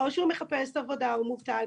או שהוא מחפש עבודה, הוא מובטל.